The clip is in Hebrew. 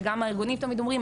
וגם הארגונים תמיד אומרים,